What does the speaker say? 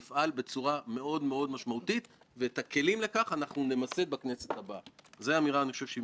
לגבי רשות התחרות הם היו צריכים לתת את הרגל הנוספת,